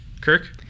Kirk